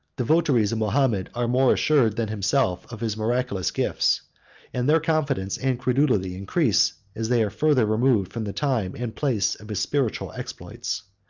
the votaries of mahomet are more assured than himself of his miraculous gifts and their confidence and credulity increase as they are farther removed from the time and place of his spiritual exploits.